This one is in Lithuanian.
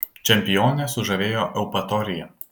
čempionę sužavėjo eupatorija